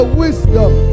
wisdom